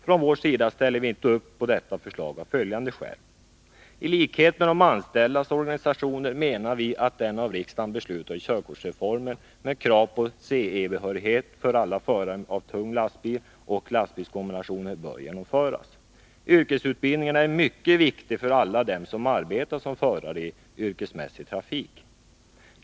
Från vår sida ställer vi inte heller upp på detta förslag — av följande skäl: I likhet med de anställdas organisationer menar vi att den av riksdagen beslutade körkortsreformen med krav på CE-behörighet för alla förare av tung lastbil och lastbilskombinationer bör genomföras. Yrkesutbildningen är mycket viktig för alla dem som arbetar som förare i yrkesmässig trafik.